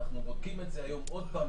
אנחנו בודקים את זה היום עוד פעם,